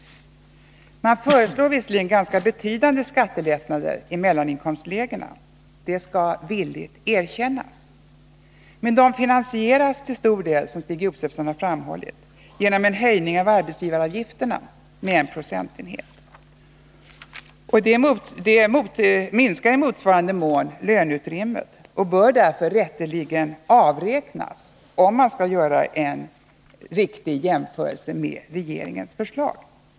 Socialdemokraterna föreslår vissa ganska betydande skattelättnader i mellaninkomstlägena, det skall villigt erkännas. Men de finansieras till stor del, som Stig Josefson framhållit, genom en höjning av arbetsgivaravgifterna med en procentenhet, vilket i motsvarande mån minskar löneutrymmet och därför rätterligen bör avräknas, om man skall göra en riktig jämförelse med regeringens förslag.